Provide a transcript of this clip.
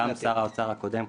גם שר האוצר הקודם,